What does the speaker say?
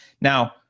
Now